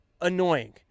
annoying